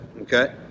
okay